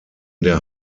der